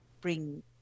bring